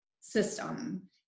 system